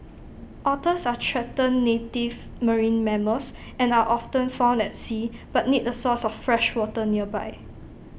otters are threatened native marine mammals and are often found at sea but need A source of fresh water nearby